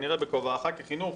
כנראה בכובעך כחינוך,